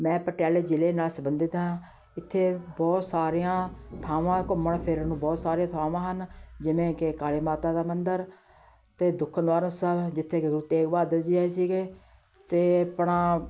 ਮੈਂ ਪਟਿਆਲੇ ਜ਼ਿਲ੍ਹੇ ਨਾਲ਼ ਸੰਬੰਧਿਤ ਹਾਂ ਇੱਥੇ ਬਹੁਤ ਸਾਰੀਆਂ ਥਾਵਾਂ ਘੁੰਮਣ ਫਿਰਨ ਨੂੰ ਬਹੁਤ ਸਾਰੀਆਂ ਥਾਵਾਂ ਹਨ ਜਿਵੇਂ ਕਿ ਕਾਲੀ ਮਾਤਾ ਦਾ ਮੰਦਰ ਅਤੇ ਦੁੱਖ ਨਿਵਾਰਨ ਸਾਹਿਬ ਜਿੱਥੇ ਗੁਰੂ ਤੇਗ ਬਹਾਦਰ ਜੀ ਆਏ ਸੀਗੇ ਅਤੇ ਆਪਣਾ